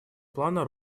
плана